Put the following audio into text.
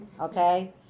okay